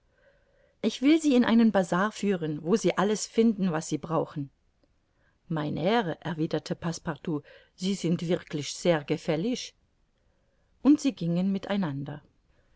ich will sie in einen bazar führen wo sie alles finden was sie brauchen mein herr erwiderte passepartout sie sind wirklich sehr gefällig und sie gingen mit